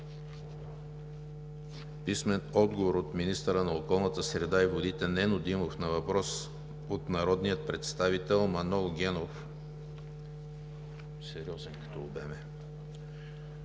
Стоилов; - министъра на околната среда и водите Нено Димов на въпрос от народния представител Манол Генов;